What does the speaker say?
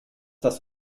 das